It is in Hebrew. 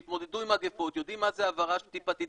שהתמודדו עם מגפות ויודעים מה זה העברה טיפתית.